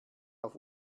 auf